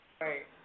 Right